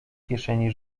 kieszeni